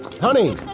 Honey